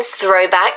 throwback